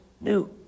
new